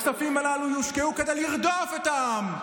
הכספים הללו יושקעו כדי לרדוף את העם,